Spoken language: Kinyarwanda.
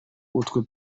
utwo